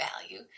value